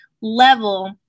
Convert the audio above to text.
level